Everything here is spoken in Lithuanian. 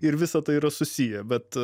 ir visa tai yra susiję bet